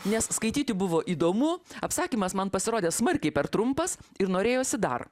nes skaityti buvo įdomu apsakymas man pasirodė smarkiai per trumpas ir norėjosi dar